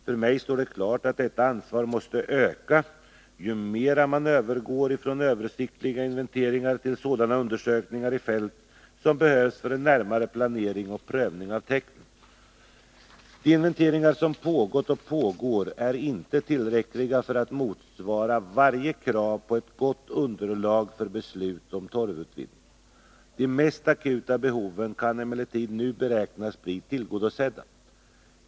För mig står det klart att detta ansvar måste öka ju mer man övergår från översiktliga inventeringar till sådana undersökningar i fält som behövs för en närmare planering och prövning av täkten. De inventeringar som pågått och pågår är inte tillräckliga för att motsvara varje krav på ett gott underlag för beslut om torvutvinning. De mest akuta behoven kan emellertid nu beräknas bli tillgodosedda.